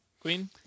Queen